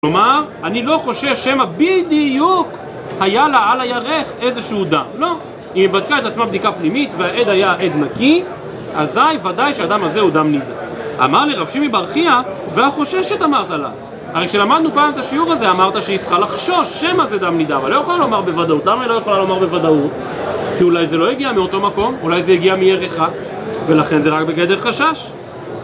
כלומר, אני לא חושש שמא בדיוק היה לה על הירך איזשהו דם. לא. אם היא בדקה את עצמה בדיקה פנימית והעד היה עד נקי, אזי ודאי שהדם הזה הוא דם נידה. אמר לי רב שימי בר חייא, והחוששת אמרת לה. הרי כשלמדנו פעם את השיעור הזה, אמרת שהיא צריכה לחשוש שמא זה דם נידה. אבל לא יכולה לומר בוודאות. למה היא לא יכולה לומר בוודאות? כי אולי זה לא הגיע מאותו מקום, אולי זה יגיע מירכה, ולכן זה רק בגדר חשש.